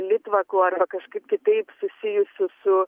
litvakų arba kažkaip kitaip susijusių su